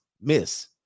Miss